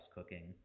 Cooking